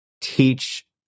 teach